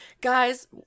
Guys